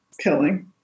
killing